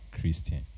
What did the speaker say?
Christian